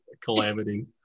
calamity